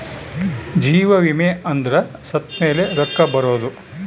ಜೀವ ವಿಮೆ ಅಂದ್ರ ಸತ್ತ್ಮೆಲೆ ರೊಕ್ಕ ಬರೋದು